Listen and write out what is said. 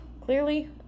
clearly